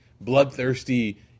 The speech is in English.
bloodthirsty